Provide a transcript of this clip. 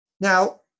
Now